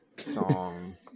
song